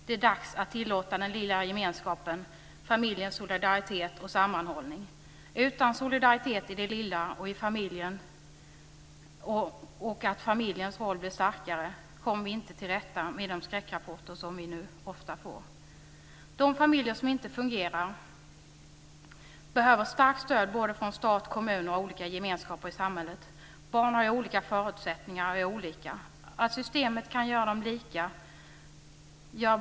Det är dags att tillåta den lilla gemenskapen, familjens solidaritet och sammanhållning. Utan solidaritet i det lilla och utan att familjens roll blir starkare kommer vi inte till rätta med de skräckrapporter som vi nu ofta får. De familjer som inte fungerar behöver starkt stöd från stat, kommun och olika gemenskaper i samhället. Barn har ju olika förutsättningar och är olika.